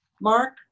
mark